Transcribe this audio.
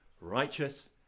righteous